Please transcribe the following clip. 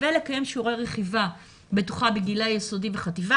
לקיים שיעורי רכיבה בטוחה בגילאי היסודי והחטיבה,